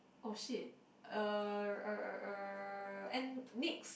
oh shit uh uh uh uh and Nyx